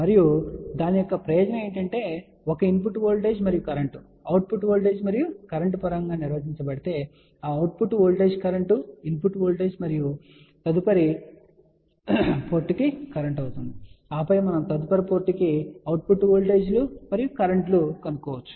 మరియు దాని యొక్క ప్రయోజనం ఏమిటంటే ఒక ఇన్ పుట్ వోల్టేజ్ మరియు కరెంట్ అవుట్ పుట్ వోల్టేజ్ మరియు కరెంట్ పరంగా నిర్వచించబడితే ఆ output voltage current input voltage మరియు తదుపరి పోర్టుకు కరెంట్ అవుతుంది ఆపై మనం తదుపరి పోర్టుకు అవుట్ పుట్ వోల్టేజీలు మరియు కరెంట్లు కనుగొనవచ్చు